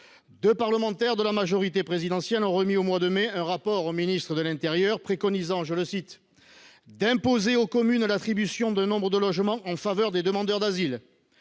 Deux parlementaires de la majorité présidentielle ont remis, au mois de mai dernier, un rapport au ministre de l’intérieur préconisant d’« imposer aux communes l’attribution d’un nombre de logements en faveur des demandeurs d’asile »